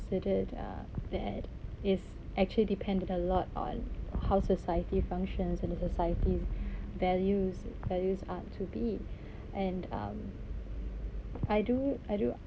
considered uh bad is actually depend a lot on how society functions and the society's values values art to be and um I do I do